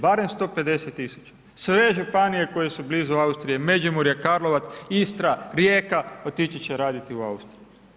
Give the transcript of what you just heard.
Barem 150 tisuća, sve Županije koje su blizu Austrije, Međimurje, Karlovac, Istra, Rijeka otići će raditi u Austriju.